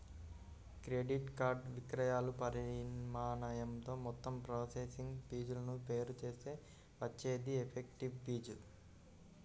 credit card విక్రయాల పరిమాణంతో మొత్తం ప్రాసెసింగ్ ఫీజులను వేరు చేస్తే వచ్చేదే ఎఫెక్టివ్ ఫీజు